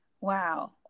Wow